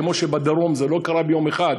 כמו שבדרום זה לא קרה ביום אחד,